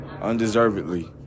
undeservedly